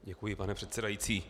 Děkuji, pane předsedající.